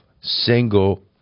single